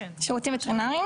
זה שירותים וטרינריים.